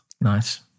Nice